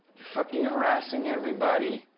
you're fucking harassing everybody.